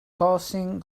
causing